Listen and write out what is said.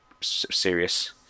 serious